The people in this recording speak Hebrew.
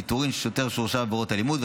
פיטורים של שוטר שהורשע בעבירות אלימות,